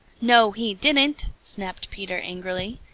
no, he didn't! snapped peter angrily,